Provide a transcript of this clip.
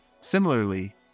Similarly